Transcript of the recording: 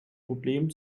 problem